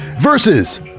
versus